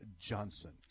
Johnson